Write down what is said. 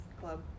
Club